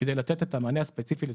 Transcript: כדי לתת את המענה הספציפי לזיקוקין.